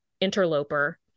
interloper